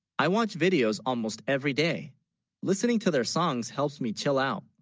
i watched videos almost every, day listening to their songs helps me chill out